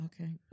Okay